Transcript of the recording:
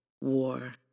war